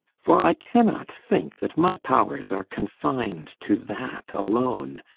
for i cannot think that my powers are confined to that alone.